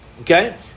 okay